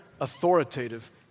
authoritative